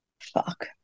Fuck